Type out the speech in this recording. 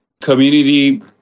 community